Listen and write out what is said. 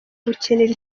gukinira